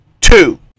two